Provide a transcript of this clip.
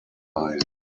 mine